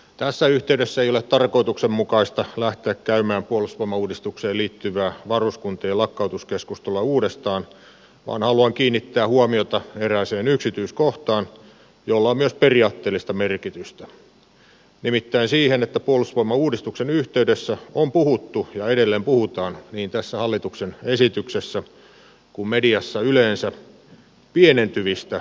tässä yhteydessä ei ole tarkoituksenmukaista lähteä käymään puolustusvoimauudistukseen liittyvää varuskuntien lakkautuskeskustelua uudestaan vaan haluan kiinnittää huomiota erääseen yksityiskohtaan jolla on myös periaatteellista merkitystä nimittäin siihen että puolustusvoimauudistuksen yhteydessä on puhuttu ja edelleen puhutaan niin tässä hallituksen esityksessä kuin mediassa yleensä pienentyvistä ikäluokista